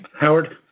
Howard